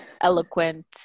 eloquent